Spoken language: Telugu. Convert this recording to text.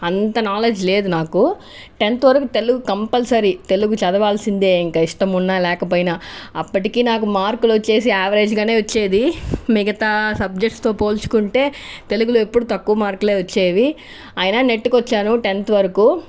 అంత నాలెడ్జ్ లేదు నాకు టెన్త్ వరకు తెలుగు కంపల్సరీ తెలుగు చదవాల్సిందే ఇంకా ఇష్టం ఉన్నా లేకపోయినా అప్పటికి నాకు మార్కులు వచ్చేసి యావరేజ్గా వచ్చేవి మిగతా సబ్జెక్ట్స్తో పోల్చుకుంటే తెలుగులో ఎప్పుడు తక్కువ మార్కులు వచ్చేవి అయినా నెట్టుకొచ్చాను టెన్త్ వరకు